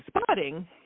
spotting